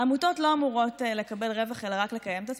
עמותות לא אמורות לקבל רווח אלא רק לקיים את עצמן,